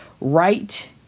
right